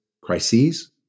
crises